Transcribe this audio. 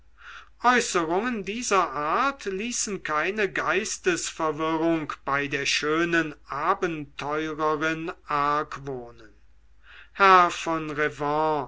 äußerungen dieser art ließen keine geistesverwirrung bei der schönen abenteurerin argwohnen herr von